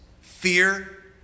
fear